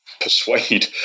persuade